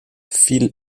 phil